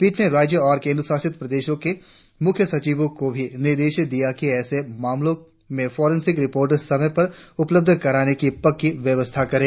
पीठ ने राज्यों और केंद्रशासित प्रदेशों के मुख्यसचिवों को भी निर्देश दिया कि ऐसे मामलों मे फोरेंसिक रिपोर्ट समय पर उपलबध करान की पक्की व्य्वस्था करें